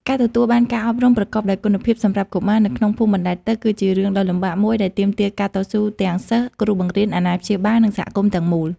ការទទួលបានការអប់រំប្រកបដោយគុណភាពសម្រាប់កុមារនៅក្នុងភូមិបណ្តែតទឹក គឺជារឿងដ៏លំបាកមួយដែលទាមទារការតស៊ូទាំងសិស្ស គ្រូបង្រៀន អាណាព្យាបាល និងសហគមន៍ទាំងមូល។